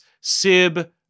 Sib